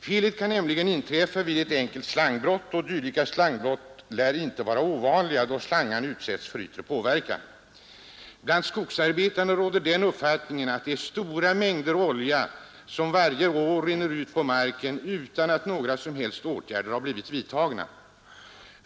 Felet kan nämligen inträffa vid ett enkelt slangbrott, och dylika slangbrott lär inte vara ovanliga då slangarna utsätts för yttre påverkan. Bland skogsarbetarna råder den uppfattningen att det är stora mängder olja som varje år rinner ut på marken utan att några som helst åtgärder har blivit vidtagna.